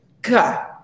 God